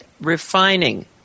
Refining